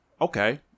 Okay